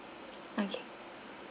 okay